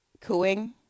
cooing